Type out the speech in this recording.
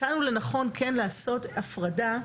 מצאנו לנכון כן לעשות הפרדה,